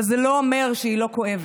אבל זה לא אומר שהיא לא כואבת,